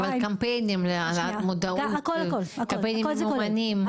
וקמפיינים לעלות את המודעות, קמפיינים ממומנים?